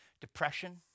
Depression